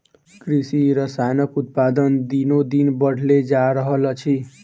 कृषि रसायनक उत्पादन दिनोदिन बढ़ले जा रहल अछि